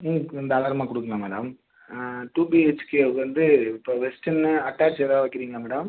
ம் கு தாராளமாக கொடுக்கலாம் மேடம் டூ பிஹெச்கே வந்து இப்போ வெஸ்டர்னு அட்டாச் ஏதாவது வைக்கிறீங்களா மேடம்